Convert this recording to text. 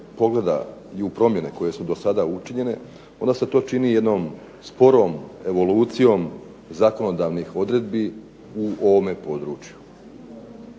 pogledaju promjene koje su do sada učinjene onda se to čini jednom sporom evolucijom zakonodavnih odredbi u ovome području.